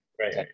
Right